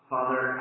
Father